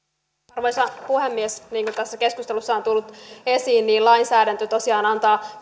arvoisa puhemies niin kuin tässä keskustelussa on tullut esiin lainsäädäntö tosiaan antaa